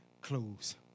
close